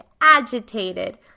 agitated